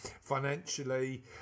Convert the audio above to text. financially